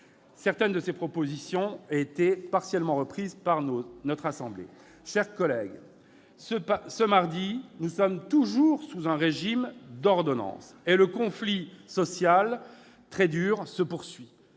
Certaines de ces propositions ont été partiellement reprises par notre assemblée. Chers collègues, ce mardi, nous sommes toujours sous un régime d'ordonnances et le conflit social, très dur, se poursuit.